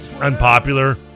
unpopular